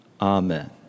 Amen